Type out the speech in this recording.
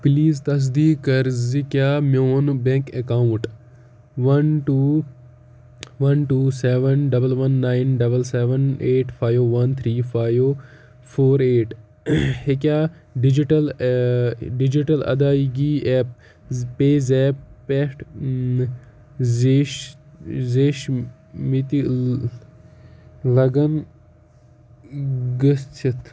please تصدیٖق کَر زِ کیٛاہ میون bank account one two one two seven double one nine double seven eight five one three five four eight ہیٚکیٛاہ digital digital ادٲیگی app PayZapp پٮ۪ٹھ زیش زیش مٕتہِ لگن گٔژھِتھ